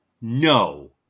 No